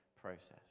process